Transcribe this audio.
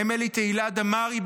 אמילי תהילה דמארי,